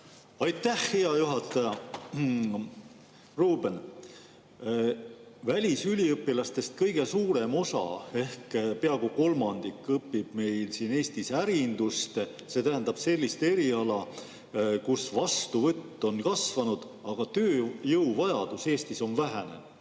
Aitäh, hea juhataja! Ruuben! Välisüliõpilastest kõige suurem osa ehk peaaegu kolmandik õpib siin Eestis ärindust, see tähendab sellist eriala, kus vastuvõtt on kasvanud, aga tööjõuvajadus on Eestis vähenenud.